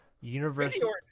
universal